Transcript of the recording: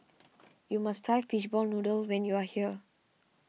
you must try Fishball Noodle when you are here